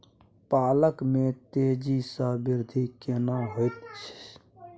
पालक में तेजी स वृद्धि केना होयत?